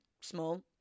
small